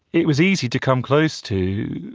it was easy to come close to,